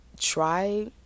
try